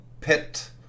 Pet